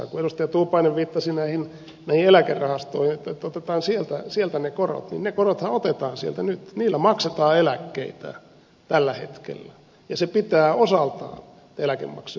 kun edustaja tuupainen viittasi näihin eläkerahastoihin että otetaan sieltä ne korot niin ne korothan otetaan sieltä nyt niillä maksetaan eläkkeitä tällä hetkellä ja se pitää osaltaan eläkemaksuja kurissa